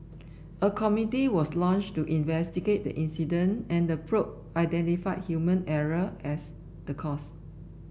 a committee was launched to investigate the incident and the probe identified human error as the cause